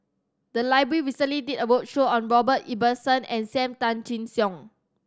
the library recently did a roadshow on Robert Ibbetson and Sam Tan Chin Siong